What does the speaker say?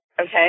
Okay